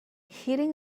hitting